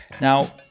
Now